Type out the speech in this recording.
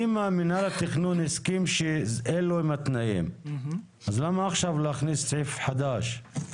אם מנהל התכנון הסכים שאלו הם התנאים אז למה עכשיו להכניס סעיף חדש?